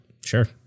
Sure